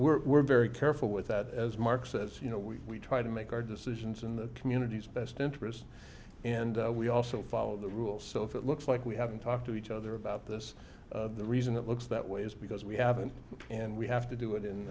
we're we're very careful with that as mark says you know we try to make our decisions in the communities best interests and we also follow the rules so if it looks like we haven't talked to each other about this the reason it looks that way is because we haven't and we have to do it in